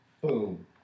Boom